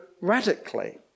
radically